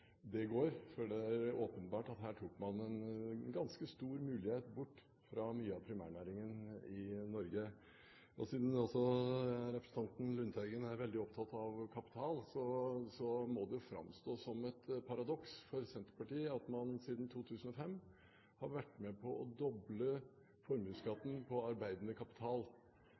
det går, for det er åpenbart at her tok man bort en ganske stor mulighet for mye av primærnæringen i Norge. Siden representanten Lundteigen også er veldig opptatt av kapital, må det jo framstå som et paradoks for Senterpartiet at man siden 2005 har vært med på å doble formuesskatten på arbeidende kapital.